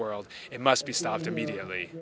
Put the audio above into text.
world it must be stopped immediately